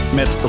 met